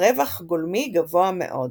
רווח גולמי גבוה מאוד.